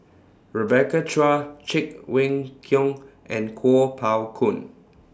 Rebecca Chua Cheng Wei Keung and Kuo Pao Kun